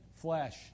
flesh